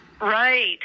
Right